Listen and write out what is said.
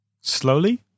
slowly